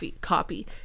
copy